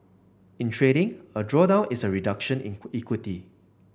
in trading a drawdown is a reduction in equity